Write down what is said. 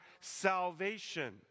salvation